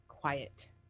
quiet